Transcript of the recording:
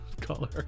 color